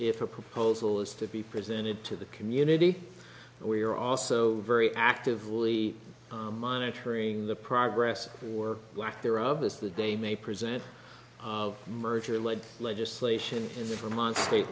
if a proposal is to be presented to the community and we are also very actively monitoring the progress or lack there of this that they may present merger lead legislation in the from on state